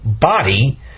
body